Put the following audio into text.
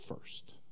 first